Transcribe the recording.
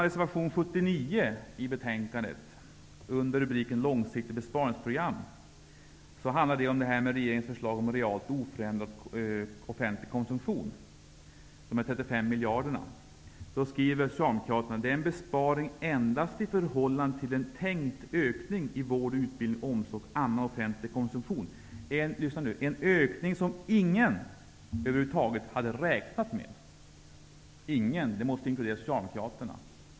Reservation 79 i betänkandet under rubriken Långsiktigt besparingsprogram handlar om regeringens förslag om realt oförändrad offentlig konsumtion -- de 35 miljarderna. Socialdemokraterna skriver: Det är en besparing endast i förhållande till en tänkt ökning i vård, utbildning, omsorg och annan offentlig konsumtion -- en ökning som ingen över huvud taget hade räknat med. Ingen, det måste inkludera Socialdemokraterna.